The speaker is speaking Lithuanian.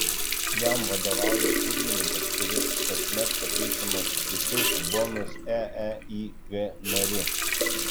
jam vadovauja pirmininkas kuris kasmet pakeičiamas kitu bonus eeig nariu